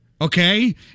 okay